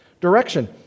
direction